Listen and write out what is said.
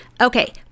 Okay